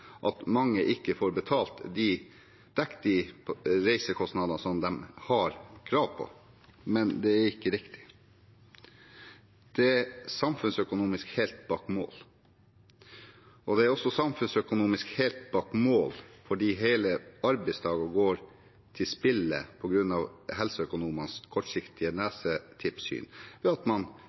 at mange ikke får betalt, ikke får dekket de reisekostnadene som de har krav på. Men det er ikke riktig. Det er samfunnsøkonomisk helt bak mål. Det er også samfunnsøkonomisk helt bak mål fordi hele arbeidsdager går til spille på grunn av helseøkonomenes kortsiktige nesetippsyn, ved at man